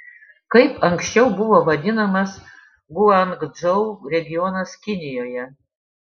kaip anksčiau buvo vadinamas guangdžou regionas kinijoje